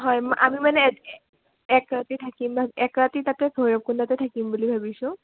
হয় আমি মানে এক এক ৰাতি থাকিম এক ৰাতি তাতে ভৈৰৱ কোন তাতে থাকিম বুলি ভাবিছোঁ